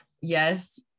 Yes